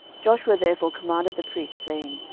joshua therefore commanded the priests, saying,